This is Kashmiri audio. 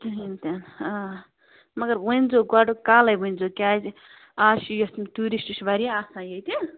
کِہیٖنۍ تہِ نہٕ آ مگر ؤنۍ زیو گۄڈٕ کالے ؤنۍ زیو کیٛازِ آز چھِ یَتھ یِم ٹوٗرشٹ چھِ وارِیاہ آسان ییٚتہِ